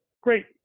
great